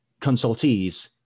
consultees